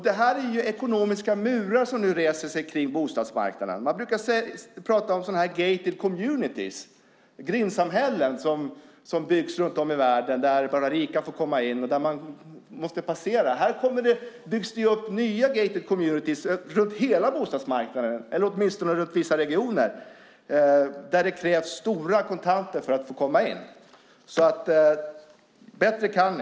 Det här är ekonomiska murar som reser sig kring bostadsmarknaden. Man brukar prata om gated communities, grindsamhällen, som byggs runt om i världen och där bara rika får komma in. Här byggs det upp nya gated communities på hela bostadsmarknaden eller i vissa regioner där det krävs stora kontanter för att få komma in. Bättre kan ni!